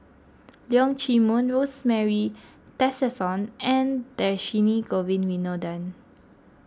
Leong Chee Mun Rosemary Tessensohn and Dhershini Govin Winodan